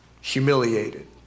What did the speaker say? humiliated